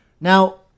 Now